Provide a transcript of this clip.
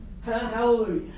Hallelujah